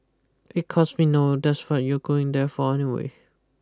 because we know that's fun you're going there for anyway